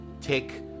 take